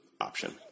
option